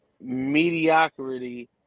mediocrity